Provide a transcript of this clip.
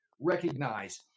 recognize